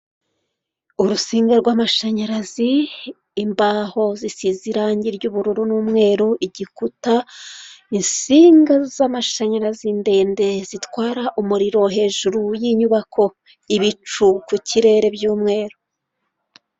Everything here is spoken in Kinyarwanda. Urusinga rw'amashanyarazi, imbaho zisize irangi ry'ubururu n'umweru, igikuta, insinga z'amashanyarazi ndende zitwara umuriro hejuru y'inyubako ibicu ku kirere by'umweru.